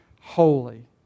holy